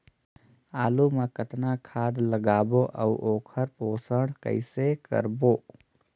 आलू मा कतना खाद लगाबो अउ ओकर पोषण कइसे करबो?